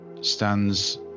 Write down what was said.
stands